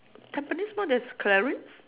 tampines mall there's clarins